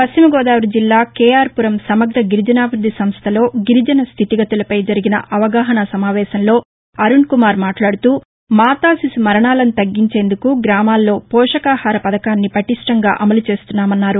పశ్చిమ గోదావరి జిల్లా కేఆర్ పురం సమగ్ర గిరిజనాభివృద్ది సంస్ట ఐటీడిఏలో గిరిజన స్టితిగతులపై జరిగిన అవగాహనా సమావేశంలో అరుణ్ కుమార్ మాట్లాడుతూ మాతా శిశు మరణాలను తగ్గించేందుకు గ్రామాల్లో పోషకాహార పథకాన్ని పటిష్ణంగా అమలు చేస్తున్నామన్నారు